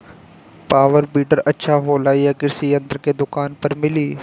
Power weeder अच्छा होला यह कृषि यंत्र के दुकान पर मिली?